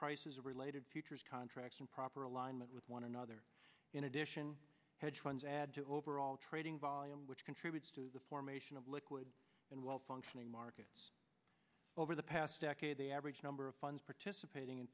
prices of related futures contracts in proper alignment with one another in addition hedge funds add to overall trading volume which contributes to the formation of liquid and well functioning markets over the past decade the average number of funds participating in